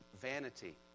vanity